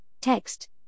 text